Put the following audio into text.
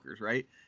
right